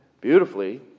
beautifully